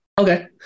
Okay